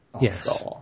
Yes